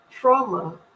trauma